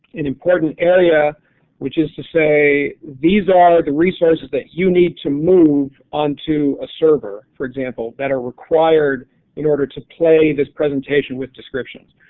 an important area which is to say these all are the resources that you need to move on to a server, for example, that are required in order to play this presentation with descriptions.